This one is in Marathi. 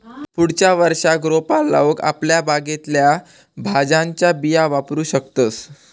पुढच्या वर्षाक रोपा लाऊक आपल्या बागेतल्या भाज्यांच्या बिया वापरू शकतंस